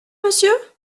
monsieur